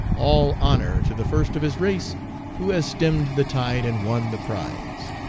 all honor to the first of his race who has stemmed the tide and won the prize.